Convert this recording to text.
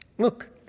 Look